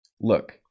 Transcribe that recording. look